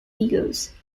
egos